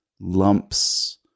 Lumps